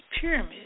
pyramid